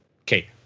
Okay